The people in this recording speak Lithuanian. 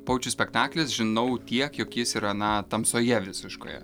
pojūčių spektaklis žinau tiek jog jis yra na tamsoje visiškoje